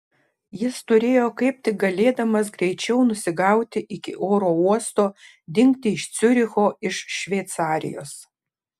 jis turėjo kaip tik galėdamas greičiau nusigauti iki oro uosto dingti iš ciuricho iš šveicarijos